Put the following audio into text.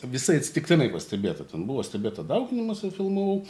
visai atsitiktinai pastebėta ten buvo stebėta dauginimasi filmavau